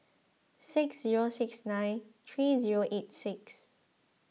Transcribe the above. six zero six nine three zero eight six